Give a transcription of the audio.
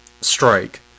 strike